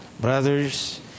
Brothers